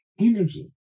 energy